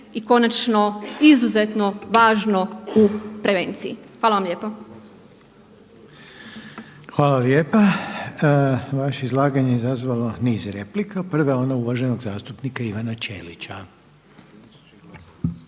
i konačno izuzetno važno u prevenciji. Hvala vam lijepa. **Reiner, Željko (HDZ)** Hvala lijepa. Vaše izlaganje je izazvalo niz replika. Prva je ona uvaženog zastupnika Ivana Ćelića.